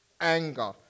anger